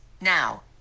Now